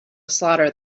slaughter